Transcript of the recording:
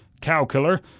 cow-killer